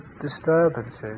disturbances